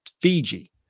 Fiji